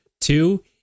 Two